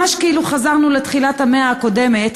ממש כאילו חזרנו לתחילת המאה הקודמת,